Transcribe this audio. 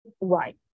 Right